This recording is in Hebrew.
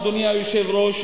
אדוני היושב-ראש,